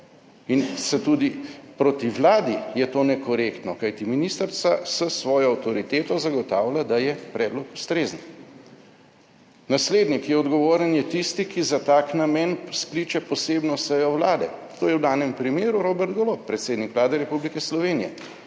In tudi proti Vladi je to nekorektno, kajti ministrica s svojo avtoriteto zagotavlja, da je predlog ustrezen. Naslednji, ki je odgovoren, je tisti, ki za tak namen skliče posebno sejo Vlade. To je v danem primeru Robert Golob, predsednik Vlade Republike Slovenije.